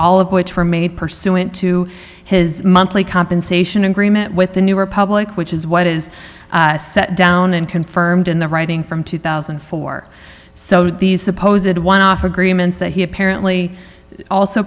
of which were made pursuant to his monthly compensation agreement with the new republic which is what is set down and confirmed in the writing from two thousand and four so these supposedly off agreements that he apparently also